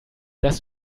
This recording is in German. das